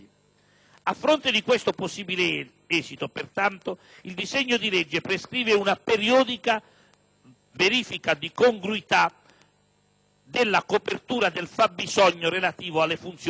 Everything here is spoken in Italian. A fronte di questo possibile esito, pertanto, il disegno di legge prescrive una periodica verifica di congruità della copertura del fabbisogno relativo alle funzioni in questione.